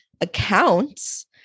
accounts